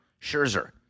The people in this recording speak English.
Scherzer